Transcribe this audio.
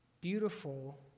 beautiful